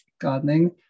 gardening